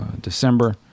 December